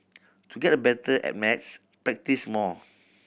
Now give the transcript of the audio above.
to get better at maths practise more